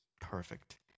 perfect